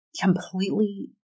completely